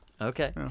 okay